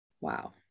wow